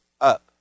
up